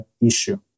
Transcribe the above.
issue